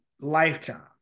lifetime